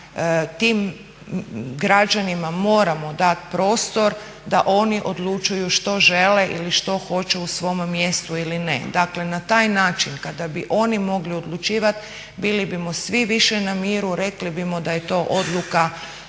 tim građanima moramo dati prostor da oni odlučuju što žele ili što hoće u svome mjestu ili ne. Dakle na taj način kada bi oni mogli odlučivati bili bimo svi više na miru, rekli bimo da je to odluka